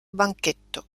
banchetto